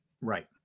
Right